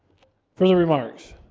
for the remarks